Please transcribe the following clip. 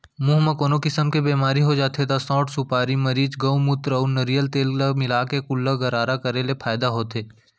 मुंह म कोनो किसम के बेमारी हो जाथे त सौंठ, सुपारी, मरीच, गउमूत्र अउ नरियर तेल ल मिलाके कुल्ला गरारा करे ले फायदा होथे